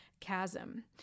chasm